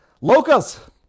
Locals